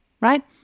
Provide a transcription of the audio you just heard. right